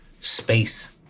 space